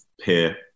peer